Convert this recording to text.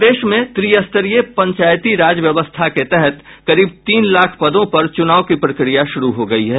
प्रदेश में त्रिस्तरीय पंचायती राज व्यवस्था के तहत करीब तीन लाख पदों पर चुनाव की प्रक्रिया शुरू हो गई है